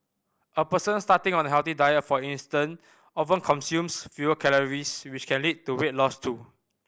a person starting on a healthy diet for instance often consumes fewer calories which can lead to weight loss too